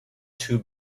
too